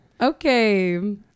okay